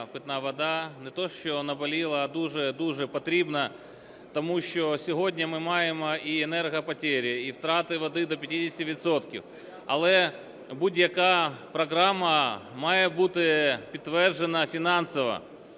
"Питна вода" не те, що наболіла, а дуже-дуже потрібна, тому що сьогодні ми маємо і энергопотери, і втрати води до 50 відсотків. Але будь-яка програма має бути підтверджена фінансово.